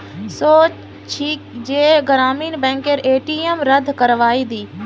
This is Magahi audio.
सोच छि जे ग्रामीण बैंकेर ए.टी.एम रद्द करवइ दी